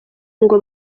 ngo